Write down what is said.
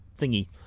thingy